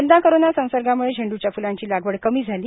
यंदा कोरोना संसगार्म्ळे झेंड्रच्या फुलांची लागवड कमी झाली